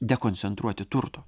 dekoncentruoti turto